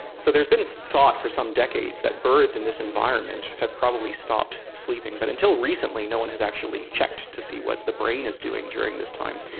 so there has been thought for some decades that birds in this environment have probably stopped sleeping, but until recently no one has actually checked to see what the brain is doing during this time.